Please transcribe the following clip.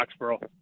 Foxborough